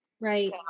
Right